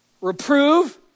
reprove